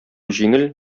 җиңел